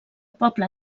poble